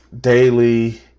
daily